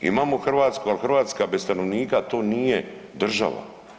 Imamo Hrvatsku, ali Hrvatska bez stanovnika to nije država.